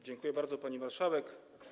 Dziękuję bardzo, pani marszałek.